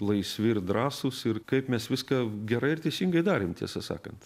laisvi ir drąsūs ir kaip mes viską gerai ir teisingai darėm tiesą sakant